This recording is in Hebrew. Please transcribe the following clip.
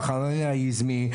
מר חנניה היזמי,